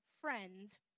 friends